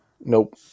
Nope